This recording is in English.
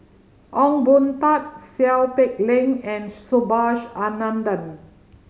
Ong Boon Tat Seow Peck Leng and Subhas Anandan